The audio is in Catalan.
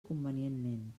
convenientment